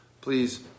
Please